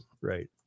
Right